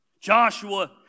Joshua